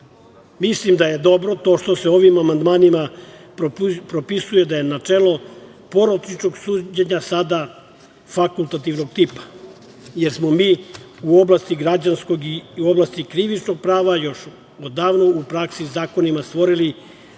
Mislim da je dobro to što se ovim amandmanima propisuje da je načelo porodičnog suđenja sada fakultativnog tipa, jer smo mi u oblasti građanskog i krivičnog prava još odavno u praksi zakonima stvorili